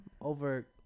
over